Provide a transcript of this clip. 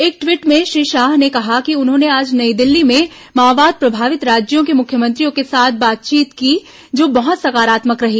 एक ट्वीट में श्री शाह ने कहा कि उन्होंने आज नई दिल्ली में माओवाद प्रभावित राज्यों के मुख्यमंत्रियों के साथ बातचीत की जो बहुत सकारात्मक रही